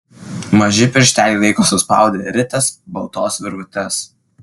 maži piršteliai laiko suspaudę rites baltos virvutės